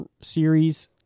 series